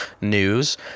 news